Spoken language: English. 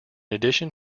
addition